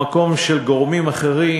במקום של גורמים אחרים,